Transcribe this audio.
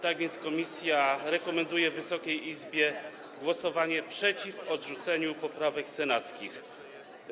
Tak więc komisja rekomenduje Wysokiej Izbie głosowanie przeciw odrzuceniu poprawek senackich.